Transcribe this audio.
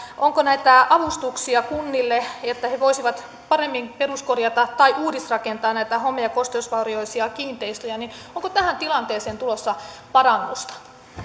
onko näitä avustuksia kunnille niin että ne voisivat paremmin peruskorjata tai uudisrakentaa näitä home ja kosteusvaurioisia kiinteistöjä onko tähän tilanteeseen tulossa parannusta